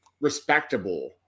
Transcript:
respectable